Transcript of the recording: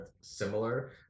similar